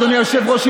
אדוני היושב-ראש,